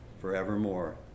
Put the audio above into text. forevermore